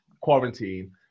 quarantine